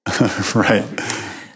Right